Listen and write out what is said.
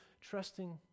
trusting